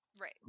Right